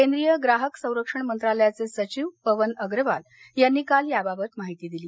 केंद्रीय ग्राहक संरक्षण मंत्रालयाचे सचिव पवन अग्रवाल यांनी काल याबाबत माहिती दिली